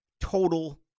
total